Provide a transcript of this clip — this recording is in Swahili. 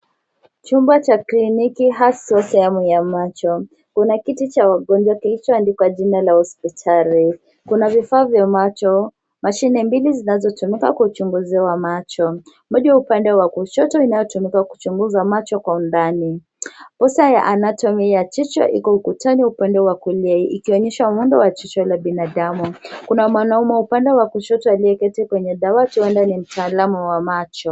Chumba cha kliniki haswa sehemu ya macho. Kuna kiti cha wagonjwa kilichoandikwa jina la hospitali. Kuna vifaa vya macho, mashine mbili zinazotumika kwa uchunguzi wa macho moja upande wa kushoto inayotumika kuchunguza macho kwa undani. Posta ya anatomy ya jicho iko ukutani upande wa kulia ikionyesha muundo wa jicho la binadamu. Kuna mwanaume upande wa kushoto aliyeketi kwenye dawati huenda ni mtaalamu wa macho.